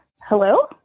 Hello